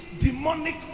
demonic